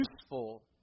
useful